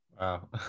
Wow